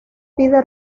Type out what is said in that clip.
pide